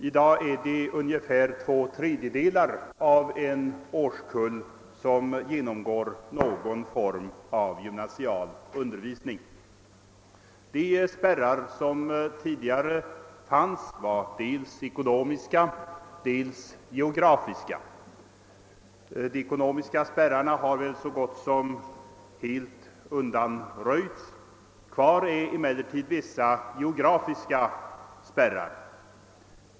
I dag är det ungefär två tredjedelar av en årskull som skaffar sig någon form av gymnasial utbildning. De spärrar som tidigare fanns var dels ekonomiska, dels geografiska. De ekonomiska spärrarna har väl så gott som helt undanröjts. Kvar är emellertid vissa geografiska spärrar.